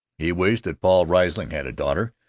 he wished that paul riesling had a daughter,